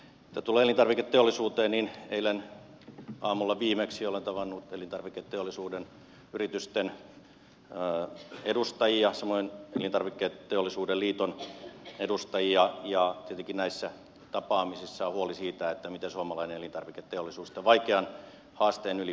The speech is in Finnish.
mitä tulee elintarviketeollisuuteen niin eilen aamulla viimeksi olen tavannut elintarviketeollisuuden yritysten edustajia samoin elintarviketeollisuusliiton edustajia ja tietenkin näissä tapaamisissa on huoli siitä miten suomalainen elintarviketeollisuus tämän vaikean haasteen yli pää see